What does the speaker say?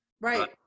Right